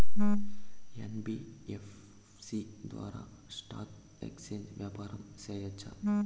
NBFC ద్వారా stock exchange వ్యాపారం సేయొచ్చా?